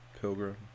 Pilgrim